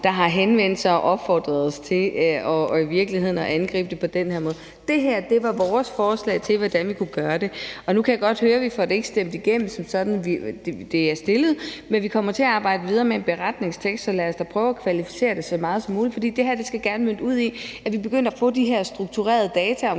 der har henvendt sig og opfordret til at angribe det på den her måde. Det her var vores forslag til, hvordan vi kunne gøre det. Nu kan jeg godt høre, at vi ikke få det stemt igennem, sådan som det er fremsat, men vi kommer til at arbejde videre med en beretning, og lad os da prøve at kvalificere det så meget som muligt. For det her skal gerne munde ud i, at vi begynder at få de her strukturerede data